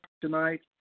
tonight